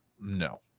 no